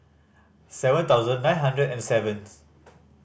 seven thousand nine hundred and seventh